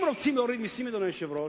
אם רוצים להוריד מסים, אדוני היושב-ראש,